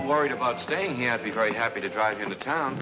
worried about staying here i'd be very happy to drive into town